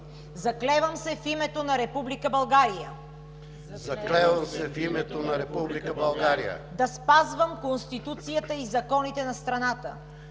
„Заклевам се в името на Република България да спазвам Конституцията и законите на страната